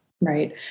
Right